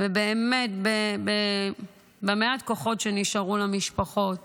ובאמת במעט הכוחות שנשארו למשפחות